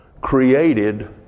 created